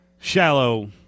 shallow –